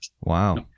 Wow